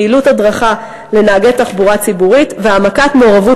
פעילות הדרכה לנהגי תחבורה ציבורית והעמקת מעורבות